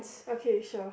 okay sure